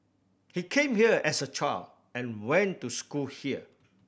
he came here as a child and went to school here